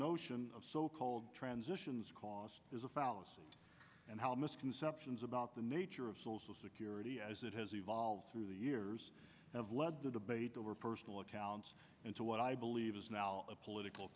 notion of so called transitions cause is a fallacy and how misconceptions about the nature of social security as it has evolved through the years have led the debate over personal accounts into what i believe is now a political